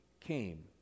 came